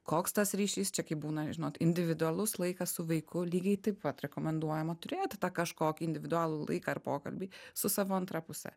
koks tas ryšys čia kaip būna žinot individualus laikas su vaiku lygiai taip pat rekomenduojama turėt tą kažkokį individualų laiką ar pokalbį su savo antra puse